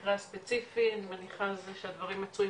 למקרה הספציפי, אני מניחה שהדברים מצויים